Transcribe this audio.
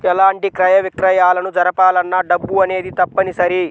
ఎలాంటి క్రయ విక్రయాలను జరపాలన్నా డబ్బు అనేది తప్పనిసరి